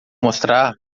mostrar